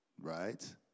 Right